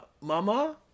Mama